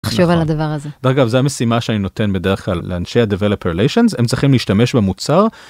לחשוב על הדבר הזה. דרך אגב, זה המשימה שאני נותן בדרך כלל לאנשי ה-Developeration, הם צריכים להשתמש במוצר.